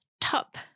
top